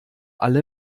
alle